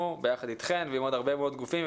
יחד אתכן ועם עוד הרבה מאוד גופים,